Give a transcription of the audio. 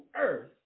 earth